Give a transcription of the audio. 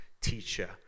teacher